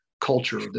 culture